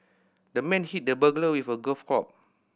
the man hit the burglar with a golf club